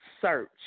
search